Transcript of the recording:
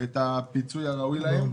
את הפיצוי הראוי להם.